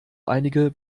einige